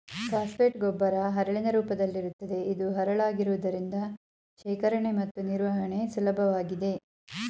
phosphate ಗೊಬ್ಬರ ಹರಳಿನ ರೂಪದಲ್ಲಿರುತ್ತದೆ ಇದು ಹರಳಾಗಿರುವುದರಿಂದ ಶೇಖರಣೆ ಮತ್ತು ನಿರ್ವಹಣೆ ಸುಲಭವಾಗಿದೆ